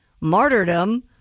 Martyrdom